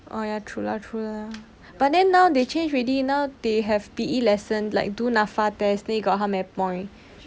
oh ya true lah true lah but then now they change already now they have P_E lesson like do NAFA test then got how many point